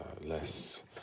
less